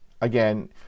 again